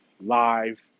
live